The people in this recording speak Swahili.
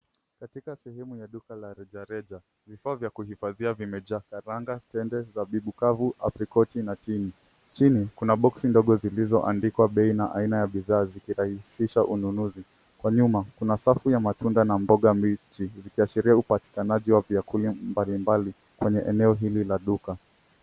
Katika sehemu ya duka la rejareja vifaa vya kuhifadhia vimejaa karanga, tende, zabibu kavu, aprikoti na tini. Chini kuna boksi ndogo imeandikwa bei ya bidhaa ya kurahisisha ununuzi. Kwa nyuma kuna safu ya matunda na mboga mbichi zikiashiria upatanaji wa vyakula mbalimbali kwenye eneo hili la duka.